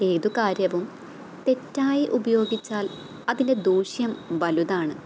ഏതു കാര്യവും തെറ്റായി ഉപയോഗിച്ചാൽ അതിൻ്റെ ദൂഷ്യം വലുതാണ്